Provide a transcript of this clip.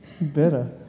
Better